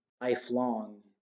lifelong